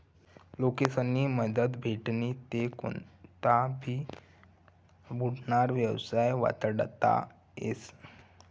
लोकेस्नी मदत भेटनी ते कोनता भी बुडनारा येवसाय वाचडता येस